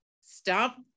stop